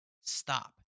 Stop